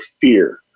fear